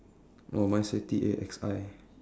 oh mine say T A X I